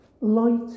light